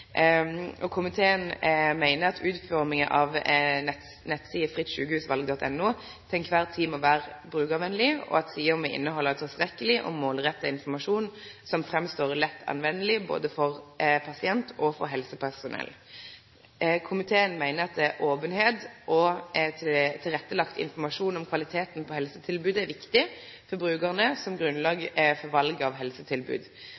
Komiteen meiner at utforminga av nettsida frittsykehusvalg.no heile tida må vere brukarvennleg, og at sida må innehalde tilstrekkeleg og målretta informasjon som er lett å bruke både for pasient og for helsepersonell. Komiteen meiner at openheit og tilrettelagd informasjon om kvaliteten på helsetilbodet er viktig for brukarane som